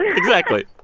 exactly.